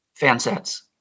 Fansets